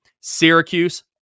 Syracuse